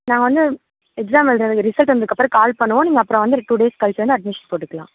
நான் வந்து எக்ஸாமு எழுத வேண்டிய ரிசல்ட்டு வந்ததுக்கு அப்புறம் கால் பண்ணுவோம் நீங்கள் அப்புறம் வந்து டூ டேஸ் கழித்து வந்து அட்மிஷன் போட்டுக்கலாம்